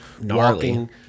walking